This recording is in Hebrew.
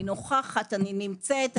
אני נמצאת,